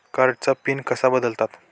कार्डचा पिन कसा बदलतात?